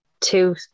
two